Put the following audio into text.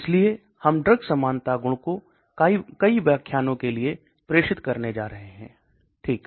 इसलिए हम ड्रग समानता गुण को कई व्याख्यानों के लिए प्रेषित करने जा रहे है ठीक